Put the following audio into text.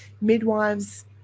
midwives